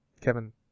Kevin